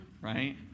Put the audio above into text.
right